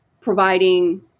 providing